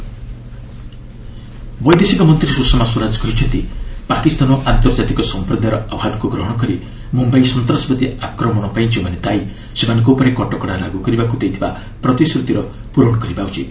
Sushma Mumbai attack ବୈଦେଶିକ ମନ୍ତ୍ରୀ ସୁଷମା ସ୍ୱରାଜ କହିଛନ୍ତି ପାକିସ୍ତାନ ଆନ୍ତର୍ଜାତିକ ସମ୍ପ୍ରଦାୟର ଆହ୍ବାନକ୍ ଗ୍ରହଣ କରି ମ୍ରମ୍ଭାଇ ସନ୍ତାସବାଦୀ ଆକ୍ରମଣ ପାଇଁ ଯେଉଁମାନେ ଦାୟି ସେମାନଙ୍କ ଉପରେ କଟକଣା ଲାଗୁ କରିବାକୁ ଦେଇଥିବା ପ୍ରତିଶ୍ରତିର ପୂରଣ କରିବା ଉଚିତ